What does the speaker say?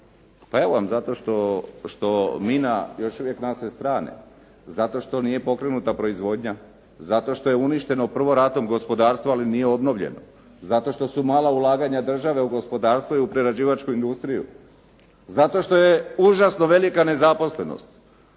Pa evo vam, zato što mina na sve strane. Zato što nije pokrenuta proizvodnja, zato što je uništeno prvo ratom gospodarstvo, ali nije obnovljeno, zato što su mala ulaganja države u gospodarstvo i u prerađivačku industriju, zato što je užasno velika nezaposlenost.